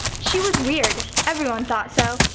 she was weird. everyone thought so.